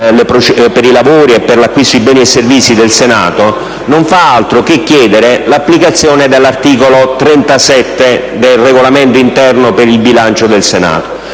per i lavori e per l'acquisto di beni e servizi del Senato, non fa altro che chiedere l'applicazione dell'articolo 37 del Regolamento interno per il bilancio del Senato.